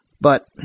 But